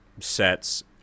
sets